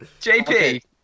JP